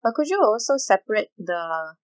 but could you will also separate the